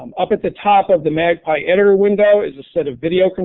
um up at the top of the magpie enter window is a set of video